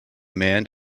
man